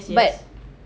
but